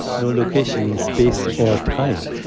no location in space or time.